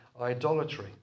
idolatry